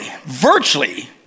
virtually